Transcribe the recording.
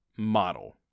model